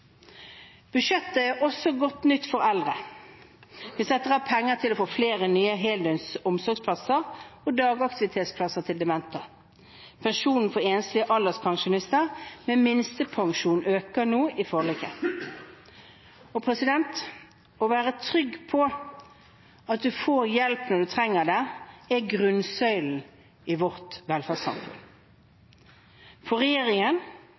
Budsjettet er også godt nytt for eldre. Vi setter av penger til å få flere nye heldøgns omsorgsplasser og dagaktivitetsplasser til demente. Pensjonen for enslige alderspensjonister med minstepensjon øker nå i forliket. Å være trygg på at en får hjelp når en trenger det, er grunnsøylen i vårt velferdssamfunn. For regjeringen